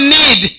need